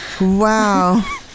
Wow